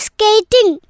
Skating